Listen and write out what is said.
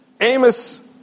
Amos